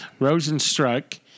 Rosenstruck